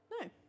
No